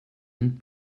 ein